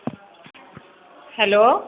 hello